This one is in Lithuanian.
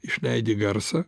išleidi garsą